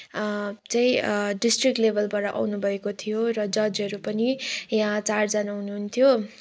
चाहिँ डिस्ट्रिक्ट लेभलबाट आउनुभएको थियो र जजहरू पनि यहाँ चारजना हुनुहुन्थ्यो